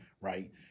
right